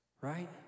right